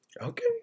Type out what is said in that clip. Okay